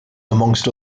amongst